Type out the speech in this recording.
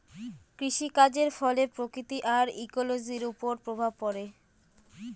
কৃষিকাজের ফলে প্রকৃতি আর ইকোলোজির ওপর প্রভাব পড়ে